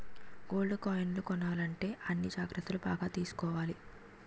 gold కాయిన్లు కొనాలంటే అన్ని జాగ్రత్తలు బాగా తీసుకోవాలి